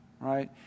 right